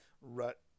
rut